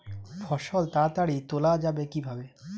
ফসল তাড়াতাড়ি তোলা যাবে কিভাবে?